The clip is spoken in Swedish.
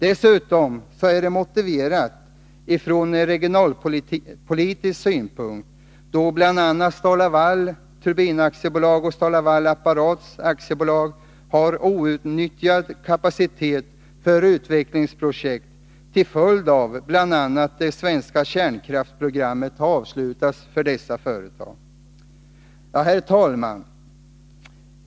Dessutom är det motiverat från regionalpolitisk synpunkt, då bl.a. Stal-Laval Turbin AB och Stal-Laval Apparat AB har outnyttjad kapacitet för utvecklingsprojekt, bl.a. till följd av att det svenska kärnkraftsprogrammet har avslutats för dessa företags del. Herr talman!